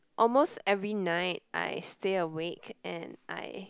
almost every night I stay awake and I